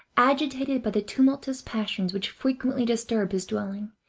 agitated by the tumultuous passions which frequently disturb his dwelling,